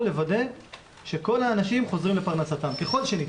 לוודא שכל האנשים חוזרים לפרנסתם ככל שניתן.